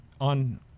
on